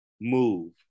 move